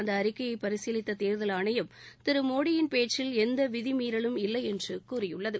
அந்த அறிக்கையை பரிசீலித்த தேர்தல் ஆணையம் திரு மோடியின் பேச்சில் எந்த விதிமீறலும் இல்லையென்று கூறியுள்ளது